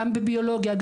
גם בביולוגיה,